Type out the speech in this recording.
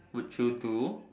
would you do